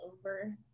over